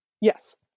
Yes